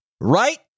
Right